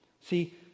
See